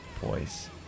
voice